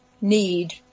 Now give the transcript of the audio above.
need